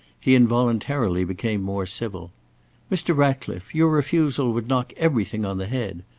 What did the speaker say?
he involuntarily became more civil mr. ratcliffe, your refusal would knock everything on the head.